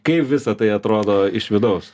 kaip visa tai atrodo iš vidaus